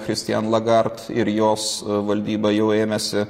kristian lagart ir jos valdyba jau ėmėsi